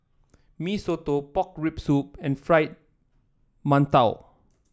Mee Soto Pork Rib Soup and Fried Mantou